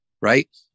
Right